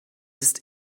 ist